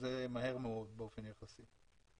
שזה מהר מאוד באופן יחסי.